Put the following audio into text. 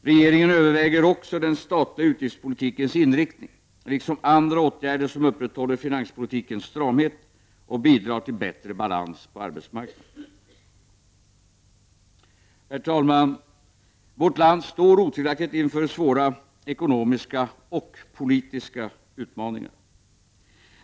Regeringen överväger också den statliga utgiftspolitikens inriktning, liksom andra åtgärder som upprätthåller finanspolitikens stramhet och bidrar till bättre balans på arbetsmarknaden. Herr talman! Vårt land står otvivelaktigt inför svåra ekonomiska och polia utmaningar.